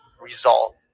result